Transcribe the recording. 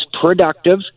productive